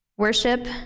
Worship